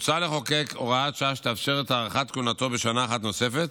מוצע לחוקק הוראת שעה שתאפשר את הארכת כהונתו בשנה אחת נוספת.